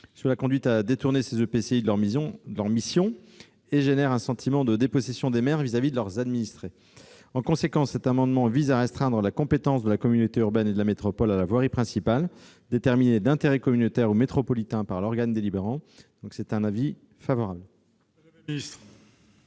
Cela conduit ces EPCI à se détourner de leurs missions véritables et engendre un sentiment de dépossession des maires à l'égard de leurs administrés. En conséquence, cet amendement vise à restreindre la compétence de la communauté urbaine et de la métropole à la voirie principale déterminée d'intérêt communautaire ou métropolitain par l'organe délibérant. L'avis est favorable. Quel est